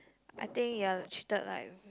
I think you are treated like